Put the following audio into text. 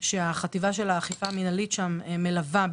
הכשרה שלהם למילוי תפקידם